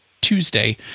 tuesday